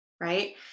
right